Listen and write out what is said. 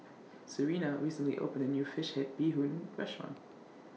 Serina recently opened A New Fish Head Bee Hoon Restaurant